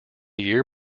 year